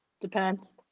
Depends